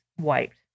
wiped